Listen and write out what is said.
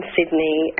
Sydney